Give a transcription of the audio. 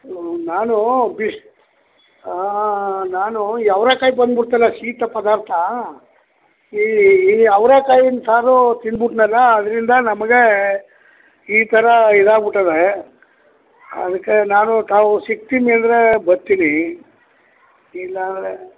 ಹ್ಞೂ ನಾನು ಬಿಸ್ ಹಾಂ ಹಾಂ ಹಾಂ ನಾನು ಈ ಅವ್ರೆಕಾಯಿ ಬಂದ್ಬಿಡ್ತಲ್ಲ ಶೀತ ಪದಾರ್ಥ ಈ ಅವ್ರೆಕಾಯಿನ ಸಾರು ತಿಂದ್ಬಿಟ್ನಲ್ಲ ಅದರಿಂದ ನಮಗೆ ಈ ಥರ ಇದಾಗ್ಬಿಟ್ಟಿದೆ ಅದಕ್ಕೆ ನಾನು ತಾವು ಸಿಗ್ತೀನಿ ಅಂದರೆ ಬರ್ತೀನಿ ಇಲ್ಲಾಂದರೆ